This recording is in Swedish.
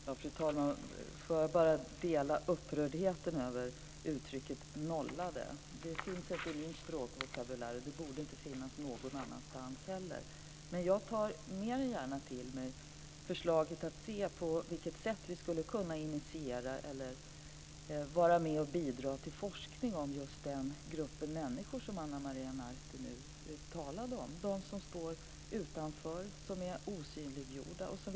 Fru talman! Jag delar upprördheten över begreppet nollade. Det finns inte i min språkvokabulär, och det borde inte heller finnas i någon annans. Men jag tar mer än gärna till mig förslaget att se över på vilket sätt vi skulle kunna initiera och vara med och bidra till forskning om den grupp av människor som Ana Maria Narti talade om, de som står utanför och som är osynliggjorda.